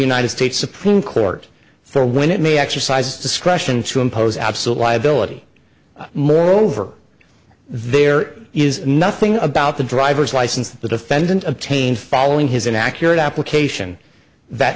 united states supreme court for when it may exercise discretion to impose absolute liability moreover there is nothing about the driver's license that the defendant obtained following his inaccurate application that